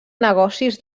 negocis